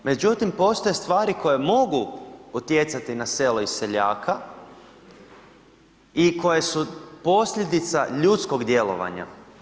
Međutim, postoje stvari koje mogu utjecati na selo i seljaka i koje su posljedica ljudskog djelovanja.